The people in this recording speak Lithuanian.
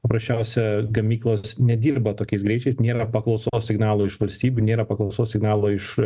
paprasčiausia gamyklos nedirba tokiais greičiais nėra paklausos signalų iš valstybių nėra paklausos signalo iš